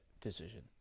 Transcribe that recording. decision